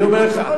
אני אומר לכם,